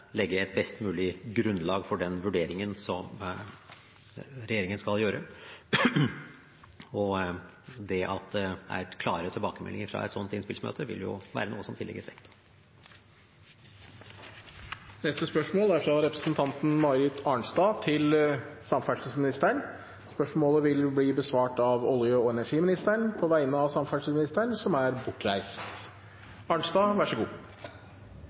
legge et best mulig grunnlag for den vurderingen som regjeringen skal gjøre. Det at det er klare tilbakemeldinger fra et slikt innspillsmøte, vil være noe som tillegges vekt. Dette spørsmålet, fra representanten Marit Arnstad til samferdselsministeren, vil bli besvart av olje- og energiministeren på vegne av samferdselsministeren, som er bortreist.